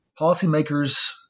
Policymakers